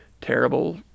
terrible